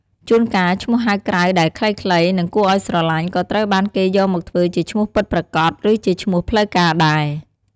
ជួនកាលឈ្មោះហៅក្រៅដែលខ្លីៗ និងគួរឲ្យស្រឡាញ់ ក៏ត្រូវបានគេយកមកធ្វើជាឈ្មោះពិតប្រាកដ ឬជាឈ្មោះផ្លូវការដែរ។